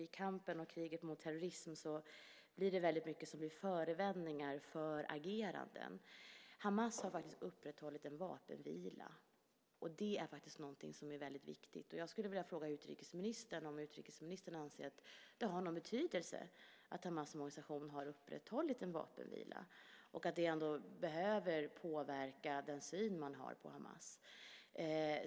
I kampen och kriget mot terrorism är det väldigt mycket som blir förevändningar för ageranden. Hamas har upprätthållit en vapenvila, och det är någonting som är väldigt viktigt. Jag skulle vilja fråga utrikesministern om han anser att det har någon betydelse att Hamas som organisation har upprätthållit en vapenvila och att det ändå behöver påverka den syn som man har på Hamas.